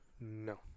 No